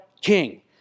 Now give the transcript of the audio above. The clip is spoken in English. king